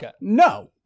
No